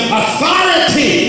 authority